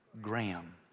Graham